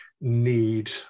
need